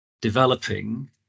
developing